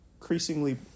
increasingly